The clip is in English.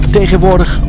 Tegenwoordig